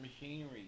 machinery